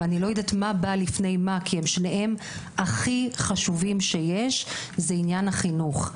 ואני לא יודעת מה בא לפני מה כי שניהם הכי חשובים הוא עניין החינוך.